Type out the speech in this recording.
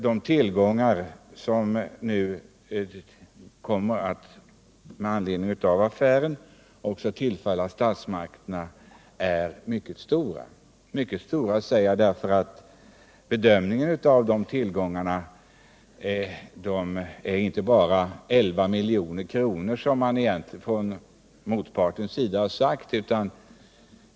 De tillgångar som nu kommer att tillfalla staten är mycket stora. Det rör sig inte om bara 11 milj.kr., som det har sagts.